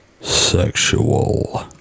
sexual